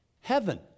Heaven